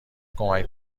کمک